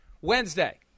Wednesday